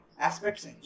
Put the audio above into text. Aspects